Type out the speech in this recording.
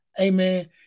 Amen